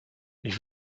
ich